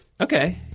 Okay